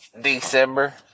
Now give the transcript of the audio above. december